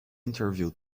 interview